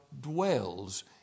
dwells